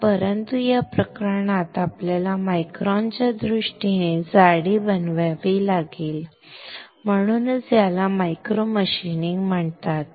तर परंतु या प्रकरणात आपल्याला मायक्रॉनच्या दृष्टीने जाडी बनवावी लागेल म्हणूनच याला मायक्रो मशीनिंग म्हणतात